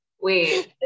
Wait